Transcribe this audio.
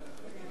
נגד